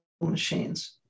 machines